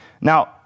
Now